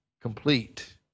complete